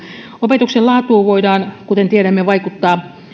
opetuksen laatuun voidaan kuten tiedämme vaikuttaa